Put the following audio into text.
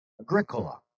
Agricola